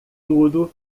tudo